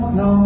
no